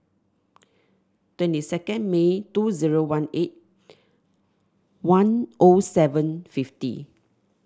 twenty second May two zero one eight one O seven fifty